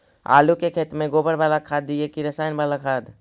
आलू के खेत में गोबर बाला खाद दियै की रसायन बाला खाद?